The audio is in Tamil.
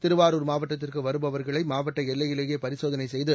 திருவாரூர் மாவட்டத்திற்கு வருபவர்களை மாவட்ட எல்லையிலேயே பரிசோதனை செய்து